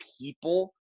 people